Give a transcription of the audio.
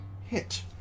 hit